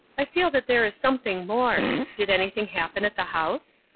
i feel that there is something more. did anything happen at the house?